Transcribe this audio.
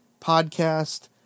podcast